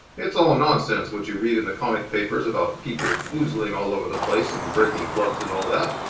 it's all nonsense what you read in the comic papers about people foozling all over the place and breaking clubs and all that.